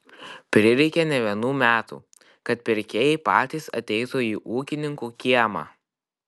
prireikė ne vienų metų kad pirkėjai patys ateitų į ūkininkų kiemą